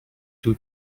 two